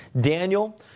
Daniel